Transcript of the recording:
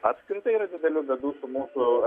apskritai yra didelių bėdų su mūsų